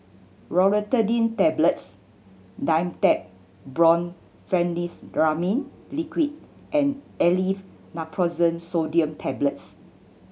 Loratadine Tablets Dimetapp Brompheniramine Liquid and Aleve Naproxen Sodium Tablets